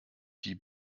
die